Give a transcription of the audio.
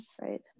right